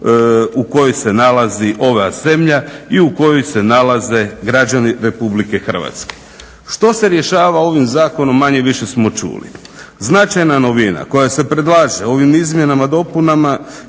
u kojoj se nalazi ova zemlja i u kojoj se nalaze građani RH. Što se rješava ovim zakonom, manje-više smo čuli. Značajna novina koja se predlaže ovim izmjenama, dopunama